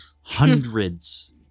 Hundreds